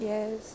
Yes